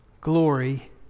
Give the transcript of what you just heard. glory